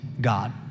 God